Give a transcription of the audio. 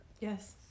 Yes